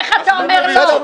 איך אתה אומר "לא"?